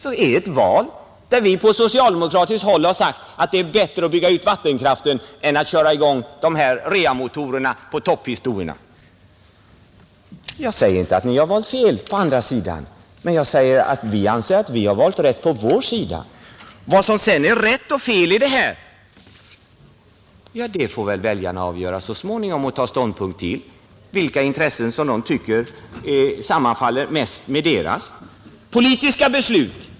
I det valet har vi från socialdemokratiskt håll sagt att det är bättre att bygga ut vattenkraften än att köra i gång reamotorerna på toppvarv. Jag säger inte att ni har valt fel. Men jag säger att vi anser att vi har valt rätt. Vad som sedan är rätt och fel, får väljarna så småningom avgöra; de får väl ta ställning till vilka intressen som mest sammanfaller med deras politiska uppfattning.